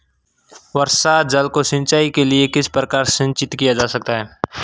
वर्षा जल को सिंचाई के लिए किस प्रकार संचित किया जा सकता है?